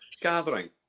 Gathering